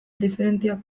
diferenteak